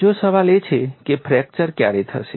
બીજો સવાલ એ છે કે ફ્રેક્ચર ક્યારે થશે